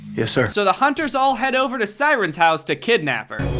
yes sir. so the hunters all head over to siren's house to kidnap her.